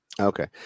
Okay